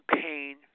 pain